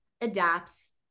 adapts